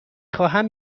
خواهم